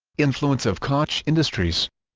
influence of koch industries